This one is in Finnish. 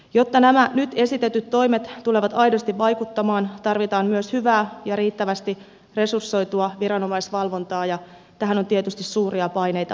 jotta nämä nyt esitetyt toimet tulevat aidosti vaikuttamaan tarvitaan myös hyvää ja riittävästi resursoitua viranomaisvalvontaa ja tähän on tietysti suuria paineita olemassa